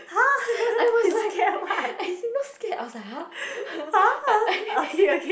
I was like I still not scared I was like !huh!